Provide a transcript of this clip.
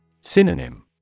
Synonym